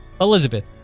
Elizabeth